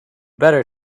better